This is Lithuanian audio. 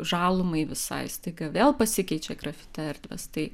žalumai visai staiga vėl pasikeičia grafiti erdvės tai